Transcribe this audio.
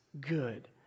good